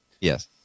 Yes